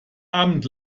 abend